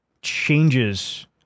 changes